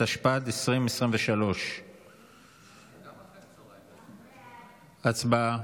התשפ"ד 2023. הצבעה.